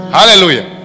Hallelujah